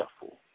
shuffle